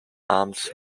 arms